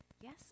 Yes